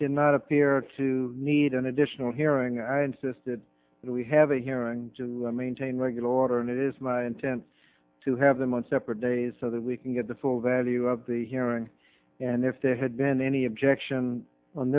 did not appear to need an additional hearing i insisted that we have a hearing to maintain regular order and it is my intent to have them on separate days so that we can get the full value of the hearing and if there had been any objection on